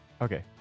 okay